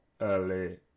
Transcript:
early